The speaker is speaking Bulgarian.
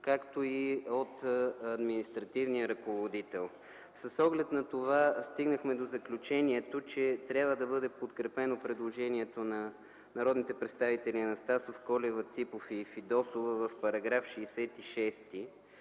както и от административния ръководител. С оглед на това стигнахме до заключението, че трябва да бъде подкрепено предложението на народните представители Анастасов, Колева, Ципов и Фидосова в § 66.